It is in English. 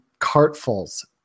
cartfuls